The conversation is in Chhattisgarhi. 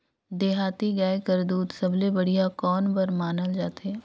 देहाती गाय कर दूध सबले बढ़िया कौन बर मानल जाथे?